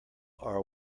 are